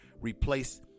replace